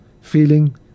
feeling